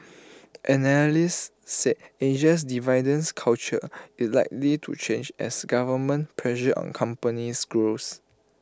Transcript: analysts said Asia's dividends culture is likely to change as government pressure on companies grows